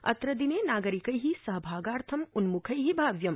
अत्र दिने नागरिकै सहभागार्थम् उन्म्खै भाव्यम्